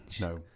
No